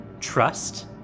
Trust